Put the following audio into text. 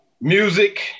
music